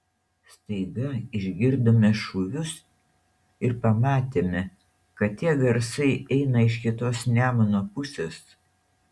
staiga išgirdome šūvius ir pamatėme kad tie garsai eina iš kitos nemuno pusės